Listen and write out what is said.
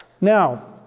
Now